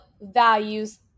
Values